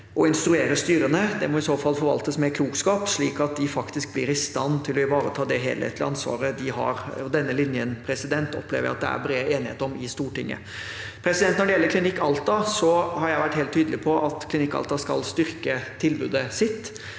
å instruere styrene. Det må i så fall forvaltes med klokskap, slik at de faktisk blir i stand til å ivareta det helhetlige ansvaret de har. Denne linjen opplever jeg at det er bred enighet om i Stortinget. Når det gjelder Klinikk Alta, har jeg vært helt tydelig på at Klinikk Alta skal styrke tilbudet sitt,